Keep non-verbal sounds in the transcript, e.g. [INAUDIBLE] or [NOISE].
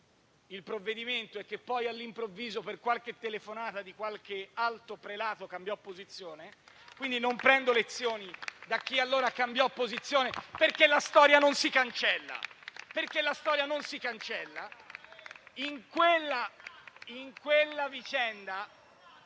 il provvedimento e che poi, all'improvviso, per qualche telefonata di qualche alto prelato, cambiò posizione. [APPLAUSE] Non prendo lezioni da chi allora cambiò opposizione, perché la storia non si cancella,